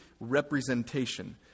representation